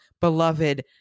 Beloved